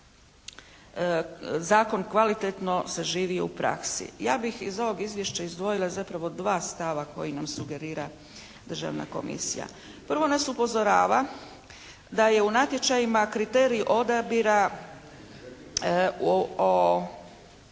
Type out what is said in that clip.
Zakon kvalitetno zaživio u praksi. Ja bih iz ovog izvješća izdvojila zapravo dva stava koji nam sugerira Državna komisija. Prvo nas upozorava da je u natječajima kriterij odabira o